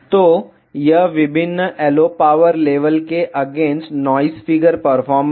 तो यह विभिन्न LO पावर लेवल के अगेंस्ट नॉइस फिगर परफॉर्मेंस है